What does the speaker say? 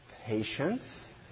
patience